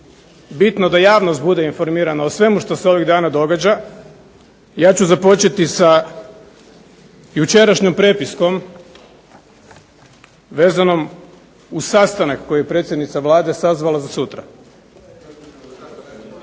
bitno da javnost bude informirana o svemu što se ovih dana događa, ja ću započeti sa jučerašnjom prepiskom vezanom uz sastanak koji je predsjednica Vlade sazvala za sutra.